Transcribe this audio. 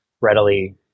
readily